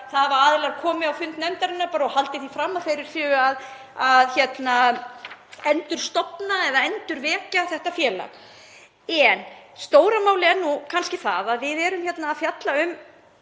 það hafa aðilar komið á fund nefndarinnar og haldið því fram að þeir séu að endurstofna eða endurvekja þetta félag. Stóra málið er kannski það að við erum hérna að fjalla um